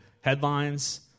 headlines